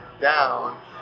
down